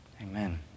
Amen